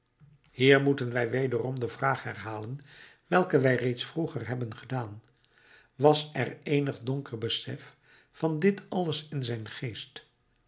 hier moeten wij wederom de vraag herhalen welke wij reeds vroeger hebben gedaan was er eenig donker besef van dit alles in zijn geest